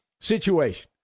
situation